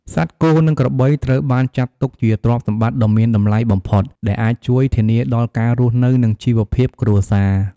សត្វគោ និងក្របីត្រូវបានចាត់ទុកជាទ្រព្យសម្បត្តិដ៏មានតម្លៃបំផុត ដែលអាចជួយ ធានាដល់ការរស់នៅ និង ជីវភាពគ្រួសារ។